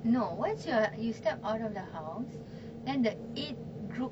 no once you are you step out of the house then that eight group